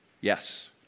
Yes